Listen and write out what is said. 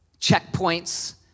checkpoints